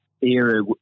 era